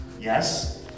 Yes